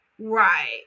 Right